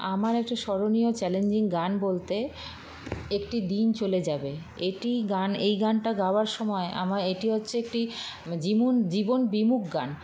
আমার একটা স্মরণীয় চ্যালেঞ্জিং গান বলতে একটি দিন চলে যাবে এটি গান এই গানটা গাওয়ার সময় আমার এটি হচ্ছে একটি জীমুন জীবন বিমুখ গান